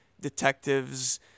detectives